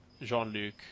Jean-Luc